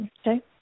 Okay